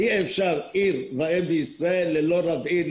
אי אפשר שעיר ואם בישראל תהיה ללא רב עיר,